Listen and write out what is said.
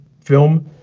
film